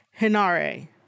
hinare